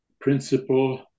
principle